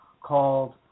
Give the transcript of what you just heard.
called